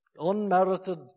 Unmerited